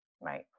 Right